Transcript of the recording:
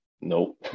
Nope